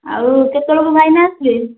ଆଉ କେତେଜଣଙ୍କ ପାଇଁ ଭାଇନା ଆସିଲେ